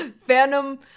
Phantom